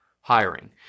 hiring